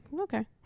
Okay